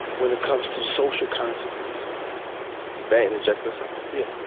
when it comes to social consciousness may i interject for a second? yeah